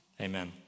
amen